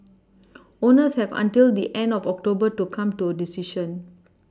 owners have until the end of October to come to a decision